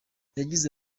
yagize